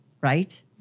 right